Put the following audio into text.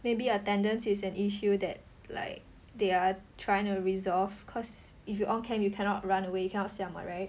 maybe attendance is an issue that like they are trying to resolve cause if you on cam you cannot run away you cannot siam [what] right